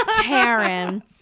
Karen